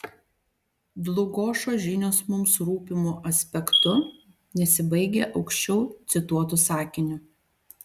dlugošo žinios mums rūpimu aspektu nesibaigia aukščiau cituotu sakiniu